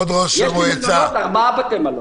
יש לי ארבעה בתי מלון.